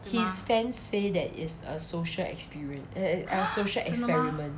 his fans say that is a social experience eh eh eh social experiment